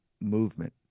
movement